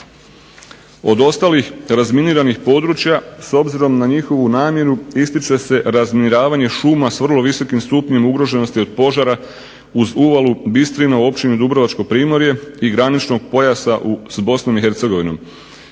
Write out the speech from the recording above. Od ostalih razminiranih područja s obzirom na njihovu namjenu ističe se razminiravanje šuma s vrlo visokim stupnjem ugroženosti od požara uz uvalu Bistrina u općini Dubrovačko primorje i graničnog pojasa s Bosnom i Hercegovinom